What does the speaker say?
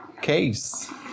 Case